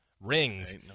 rings